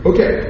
Okay